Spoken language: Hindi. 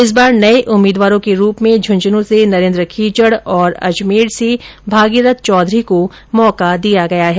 इस बार नए उम्मीदवारों के रूप में झुंझुनू से नरेन्द्र खीचड और अजमेर से भागीरथ चौधरी को मौका दिया गया है